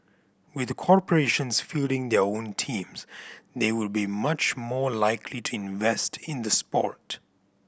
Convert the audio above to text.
with corporations fielding their own teams they would be much more likely to invest in the sport